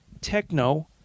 Techno